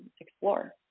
explore